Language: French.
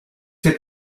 cette